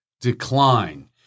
decline